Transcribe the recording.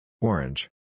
Orange